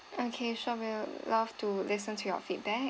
okay sure we will love to listen to your feedback